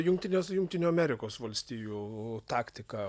jungtinės jungtinių amerikos valstijų taktika